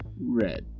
Red